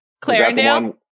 Clarendale